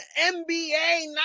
NBA